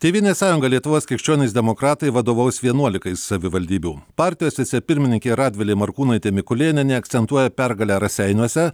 tėvynės sąjunga lietuvos krikščionys demokratai vadovaus vienuolikai savivaldybių partijos vicepirmininkė radvilė morkūnaitė mikulėnienė akcentuoja pergalę raseiniuose